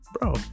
bro